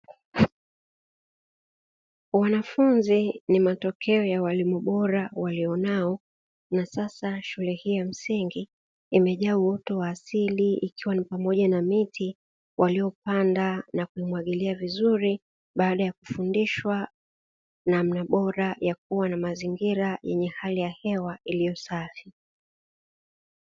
Wanafunzi ni matokeo ya walimu bora walionao na sasa shule hii ya msingi, imejaa uoto wa asili ikiwa ni pamoja na miti, waliopanda na kumwagilia vizuri baada ya kufundishwa na mime bora ya kuwa na mazingira yenye hali ya hewa safi.